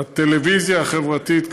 הטלוויזיה החברתית,